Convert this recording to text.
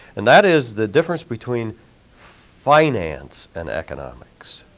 and that is the difference between finance and economics.